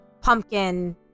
pumpkin